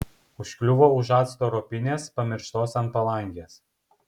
užkliuvo už acto ropinės pamirštos ant palangės